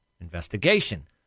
investigation